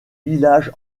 villages